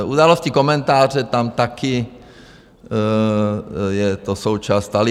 Události, komentáře, tam taky je to součást Tálibánu.